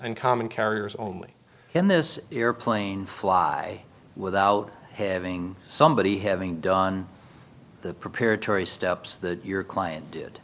and common carriers only in this airplane fly without having somebody having done the prepared tori steps that your client did